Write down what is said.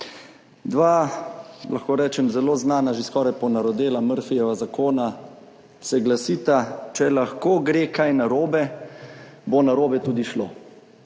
Dva, lahko rečem, zelo znana, že skoraj ponarodela Murphyjeva zakona se glasita: Če lahko gre kaj narobe, bo narobe tudi šlo.